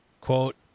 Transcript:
quote